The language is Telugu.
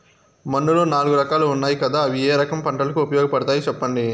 మన్నులో నాలుగు రకాలు ఉన్నాయి కదా అవి ఏ రకం పంటలకు ఉపయోగపడతాయి చెప్పండి?